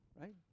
right